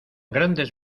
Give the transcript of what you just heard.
grandes